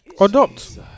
adopt